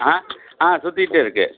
ஆ ஆ சுற்றிட்டே இருக்குது